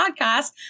Podcast